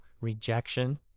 rejection